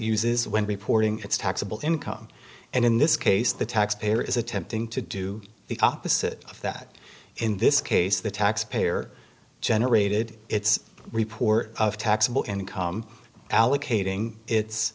uses when reporting its taxable income and in this case the taxpayer is attempting to do the opposite of that in this case the taxpayer generated its report of taxable income allocating it